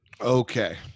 Okay